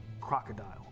crocodile